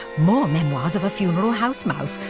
more memoirs of a funeral house mouse!